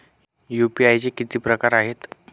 UPI चे किती प्रकार आहेत?